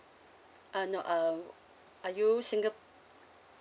uh no um are you singap~